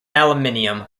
aluminium